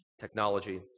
technology